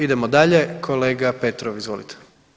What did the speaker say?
Idemo dalje, kolega Petrov, izvolite.